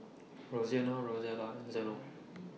Roseanna Rosella and Zeno